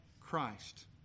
Christ